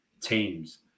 teams